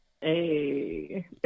Hey